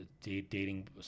Dating